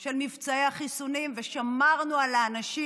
של מבצעי החיסונים ושמרנו על האנשים.